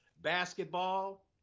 Basketball